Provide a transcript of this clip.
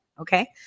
okay